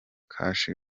cash